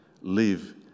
live